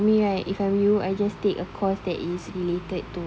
for me right if I were you I just take a course that is related to